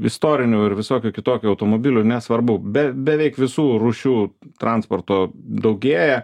istorinių ir visokių kitokių automobilių nesvarbu be beveik visų rūšių transporto daugėja